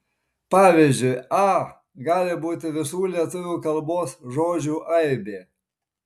pavyzdžiui a gali būti visų lietuvių kalbos žodžių aibė